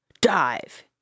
dive